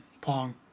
Pong